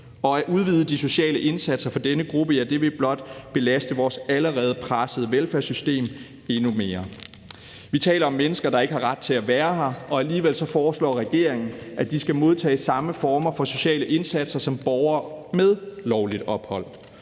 At udvide de sociale indsatser for denne gruppe vil blot belaste vores allerede pressede velfærdssystem endnu mere. Vi taler om mennesker, der ikke har ret til at være her, og alligevel foreslår regeringen, at de skal modtage samme former for sociale indsatser som borgere med lovligt ophold.